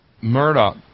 Murdoch